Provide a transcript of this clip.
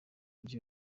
mujyi